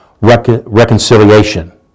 reconciliation